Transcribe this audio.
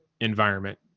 environment